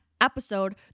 Episode